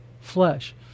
flesh